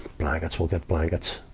blankets, we'll get blankets.